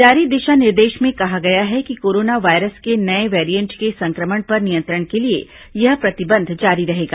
जारी दिशा निर्देश में कहा गया है कि कोरोना वायरस के नये वैरिएंट के संक्रमण पर नियंत्रण के लिए यह प्रतिबंध जारी रहेगा